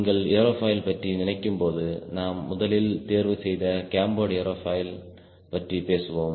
நீங்கள் ஏரோபாய்ல் பற்றி நினைக்கும் போது நாம் முதலில் தேர்வு செய்த கேம்பேர்டு ஏரோபாய்ல் பற்றி பேசுவோம்